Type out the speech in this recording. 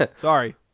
sorry